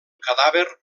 cadàver